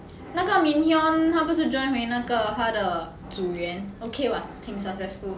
那个 min hyun 他不是 join 回那个他的组员 okay what 挺 successful